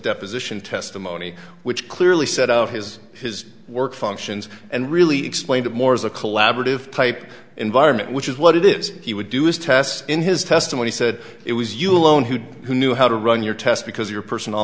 deposition testimony which clearly set out his his work functions and really explained it more as a collaborative type environment which is what it is he would do is test in his testimony said it was you alone who who knew how to run your test because your personal